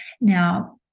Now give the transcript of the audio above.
Now